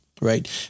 right